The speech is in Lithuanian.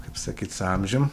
kaip sakyt su amžium